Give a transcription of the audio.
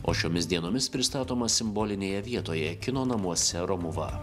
o šiomis dienomis pristatomas simbolinėje vietoje kino namuose romuva